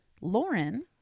Lauren